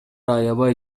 аябай